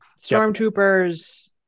stormtroopers